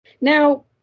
Now